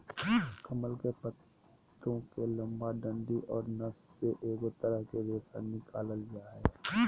कमल के पत्तो के लंबा डंडि औरो नस से एगो तरह के रेशा निकालल जा हइ